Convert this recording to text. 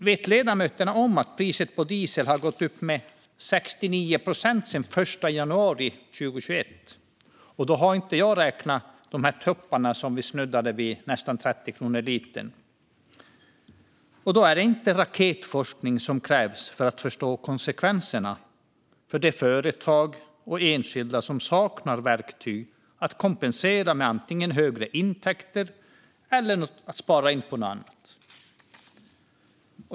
Vet ledamöterna om att priset på diesel har gått upp med 69 procent sedan den 1 januari 2021? Då har jag inte räknat med topparna då priset snuddat vid 30 kronor litern. Det krävs inte raketforskning för att förstå konsekvenserna för de företag och enskilda som saknar verktyg att kompensera med - antingen högre intäkter eller att spara in på något annat.